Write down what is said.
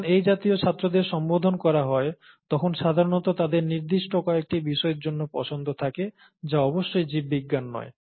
যখন এই জাতীয় ছাত্রদের সম্বোধন করা হয় তখন সাধারণত তাদের নির্দিষ্ট কয়েকটি বিষয়ের জন্য পছন্দ থাকে যা অবশ্যই জীববিজ্ঞান নয়